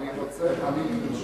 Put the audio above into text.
ברשותך, ראשית,